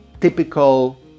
typical